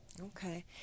Okay